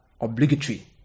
obligatory